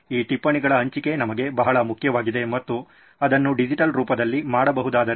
ಈ ಟಿಪ್ಪಣಿಗಳ ಹಂಚಿಕೆ ನಮಗೆ ಬಹಳ ಮುಖ್ಯವಾಗಿದೆ ಮತ್ತು ಅದನ್ನು ಡಿಜಿಟಲ್ ರೂಪದಲ್ಲಿ ಮಾಡಬಹುದಾದರೆ